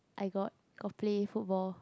I got got play football